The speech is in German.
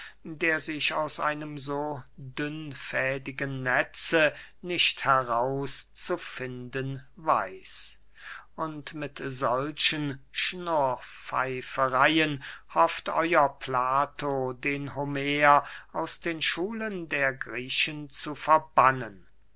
der sich aus einem so dünnfädigen netze nicht heraus zu finden weiß und mit solchen schnurrpfeifereyen hofft euer plato den homer aus den schulen der griechen zu verbannen